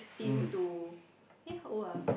um